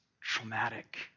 traumatic